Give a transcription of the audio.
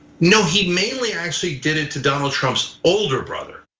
no, he mainly actually did it to donald trump's older brother.